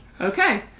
Okay